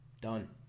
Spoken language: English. done